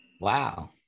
Wow